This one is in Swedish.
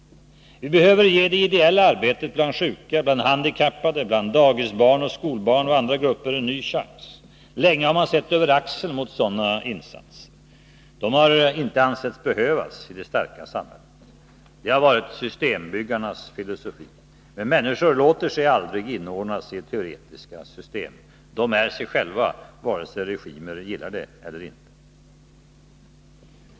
Vi behöver ge det ideella arbetet bland sjuka, handikappade, dagisbarn och skolbarn och andra grupper en ny chans. Länge har man sett över axeln mot sådana insatser. De har inte ansetts behövas i det starka samhället. Det har varit systembyggarnas filosofi. Men människor låter sig aldrig inordnas i teoretiska system. De är sig själva, vare sig regimer gillar det eller inte.